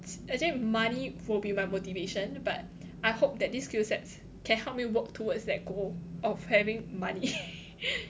actually money will be my motivation but I hope that this skill sets can help me work towards that goal of having money